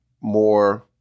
more